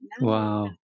Wow